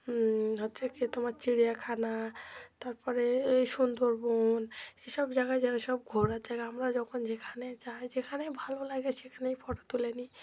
হচ্ছে কি তোমার চিড়িয়াখানা তারপরে এই সুন্দরবন এসব জায়গায় যাই সব ঘোরার জায়গা আমরা যখন যেখানে যাই যেখানেই ভালো লাগে সেখানেই ফটো তুলে নিই